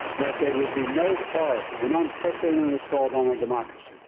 that they would be no part of an unprecedented assault on our democracy.